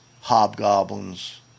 hobgoblins